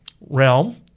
realm